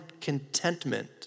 contentment